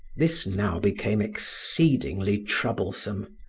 this now became exceedingly troublesome,